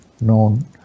known